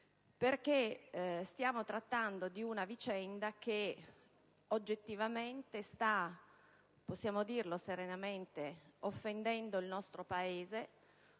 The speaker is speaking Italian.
perché stiamo trattando di una vicenda che oggettivamente - possiamo dirlo con serenità - sta offendendo il nostro Paese,